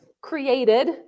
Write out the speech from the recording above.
created